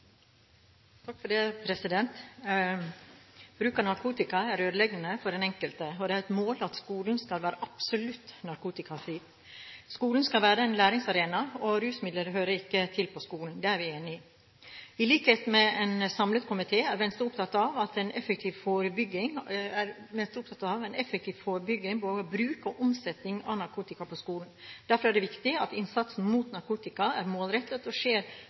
for den enkelte, og det er et mål at skolen skal være absolutt narkotikafri. Skolen skal være en læringsarena, og rusmidler hører ikke til på skolen. Det er vi enige om. I likhet med en samlet komité er Venstre opptatt av en effektiv forbygging både når det gjelder bruk og omsetning av narkotika på skolen. Derfor er det viktig at innsatsen mot narkotika er målrettet, og at den skjer